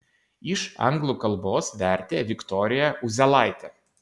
iš anglų kalbos vertė viktorija uzėlaitė